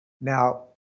Now